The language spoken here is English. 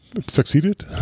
succeeded